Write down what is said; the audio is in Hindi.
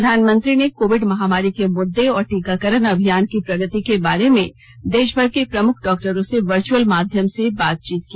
प्रधानमंत्री ने कोविड महामारी के मुद्दे और टीकाकरण अभियान की प्रगति के बारे में देशभर के प्रमुख डॉक्टरों से वर्चअल माध्यम से बातचीत की